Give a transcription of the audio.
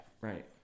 Right